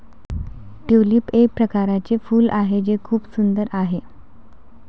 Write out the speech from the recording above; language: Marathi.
ट्यूलिप एक प्रकारचे फूल आहे जे खूप सुंदर आहे